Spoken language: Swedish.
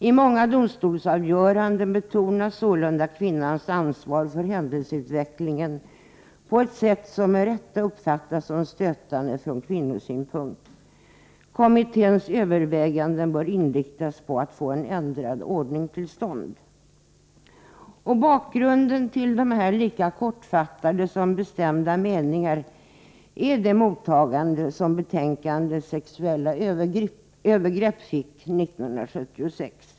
I många domstolsavgöranden betonas sålunda kvinnans ansvar för händelseutvecklingen på ett sätt som med rätta uppfattas som stötande från kvinnosynpunkt. Kommitténs överväganden bör inriktas på att få en ändrad ordning till stånd.” Bakgrunden till dessa lika kortfattade som bestämda meningar är det mottagande som betänkandet Sexuella övergrepp fick 1976.